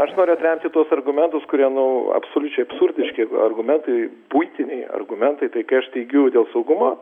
aš noriu atverti tuos argumentus kurie nu absoliučiai absurdiški argumentai buitiniai argumentai tai kai aš teigiu dėl saugumo